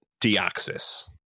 Deoxys